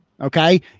Okay